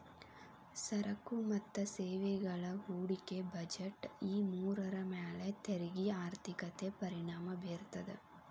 ಸರಕು ಮತ್ತ ಸೇವೆಗಳ ಹೂಡಿಕೆ ಬಜೆಟ್ ಈ ಮೂರರ ಮ್ಯಾಲೆ ತೆರಿಗೆ ಆರ್ಥಿಕತೆ ಪರಿಣಾಮ ಬೇರ್ತದ